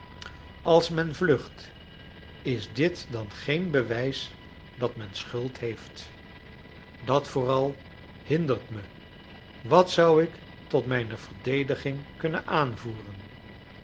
als men vlucht is dit dan geen bewijs dat men schuld heeft dat vooral hindert me wat zou ik tot mijne verdediging kunnen aanvoeren